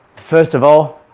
first of all,